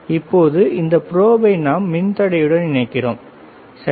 எனவே இப்போது இந்த ப்ரோபை நாம் மின்தடையுடன் இணைக்கிறோம் சரி